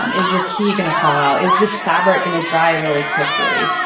um is your key going to follow? is this fabric going to dry really quickly?